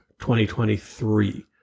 2023